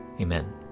Amen